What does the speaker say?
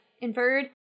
inferred